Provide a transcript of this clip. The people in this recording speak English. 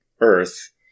earth